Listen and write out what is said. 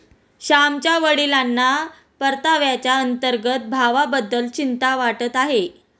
श्यामच्या वडिलांना परताव्याच्या अंतर्गत भावाबद्दल चिंता वाटत आहे